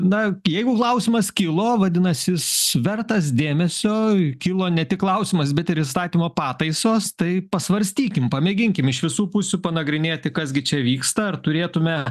na jeigu klausimas kilo vadinasi jis vertas dėmesio kilo ne tik klausimas bet ir įstatymo pataisos tai pasvarstykim pamėginkim iš visų pusių panagrinėti kas gi čia vyksta ar turėtume